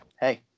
Hey